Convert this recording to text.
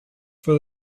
for